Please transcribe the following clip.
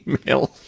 email